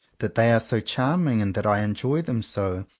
that they are so charming and that i enjoy them so,